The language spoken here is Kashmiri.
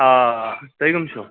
آ تُہۍ کَم چھُو